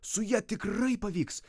su ja tikrai pavyks